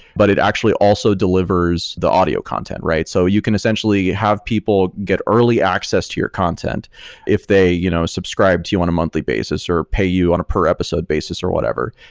but it actually also delivers the audio content, right? so you can essentially have people get early access to your content if they you know subscribe to you on a monthly basis or pay you on a per episode basis or whatever.